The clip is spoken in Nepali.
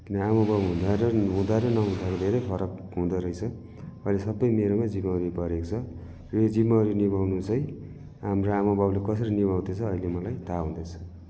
किन आमाबाउ हुँदा हुँदा र नहुँदाको धेरै फरक हुँदो रहेछ अहिले सबै मेरोमै जिम्मेवरी परेको छ यो जिम्मेवरी निभाउनु चाहिँ हाम्रो आमाबाउले कसरी निभाउँथिएछ अहिले मलाई थाहा हुँदैछ